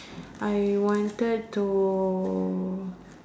I wanted to